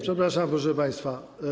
Przepraszam, proszę państwa.